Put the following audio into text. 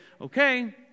okay